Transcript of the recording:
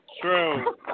True